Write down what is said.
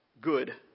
good